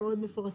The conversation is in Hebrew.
הם מאוד מפורטים.